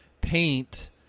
paint